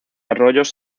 arroyos